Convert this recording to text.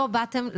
לא באתם לשווא.